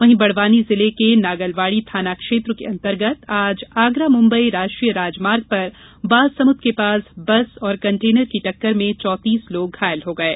वहीं बड़वानी जिले के नागलवाड़ी थाना क्षेत्र के अंतर्गत आज आगरा मुंबई राष्ट्रीय राजमार्ग पर बालसमुद के पास बस और कण्टेनर की टक्कर में चौतीस लोग घायल हो गये